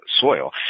soil